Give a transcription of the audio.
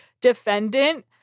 defendant